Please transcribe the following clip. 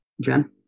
Jen